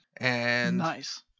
Nice